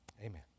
Amen